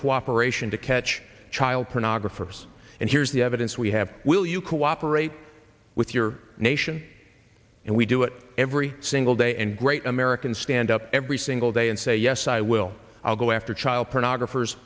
cooperation to catch child pornographers and here's the evidence we have will you cooperate with your nation and we do it every single day and great americans stand up every single day and say yes i will i'll go after child pornographers